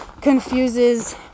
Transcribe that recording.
confuses